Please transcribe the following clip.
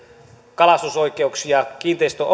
kalastusoikeuksia kiinteistön